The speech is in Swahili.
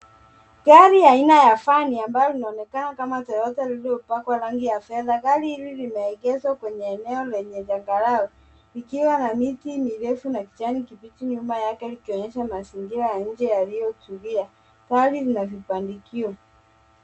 Gari aina ya Van ambayo inaonekana kama Toyota lilopakwa rangi ya fedha. Gari hili limegezwa kwenye eneo lenye changarawe likiwa na miti mirefu na kijani kibichi nyuma yake. Likionyesha mazingira ya nje yaliyo tulia, gari lina vibandikio.